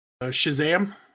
shazam